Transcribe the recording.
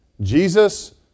Jesus